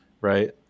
Right